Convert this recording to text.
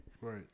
Right